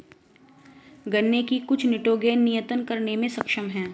गन्ने की कुछ निटोगेन नियतन करने में सक्षम है